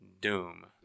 Doom